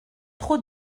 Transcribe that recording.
trop